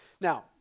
Now